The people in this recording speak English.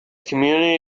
community